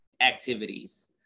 activities